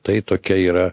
tai tokia yra